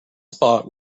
spot